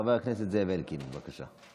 חבר הכנסת זאב אלקין, בבקשה.